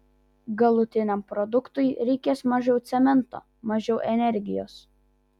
galutiniam produktui reikės mažiau cemento mažiau energijos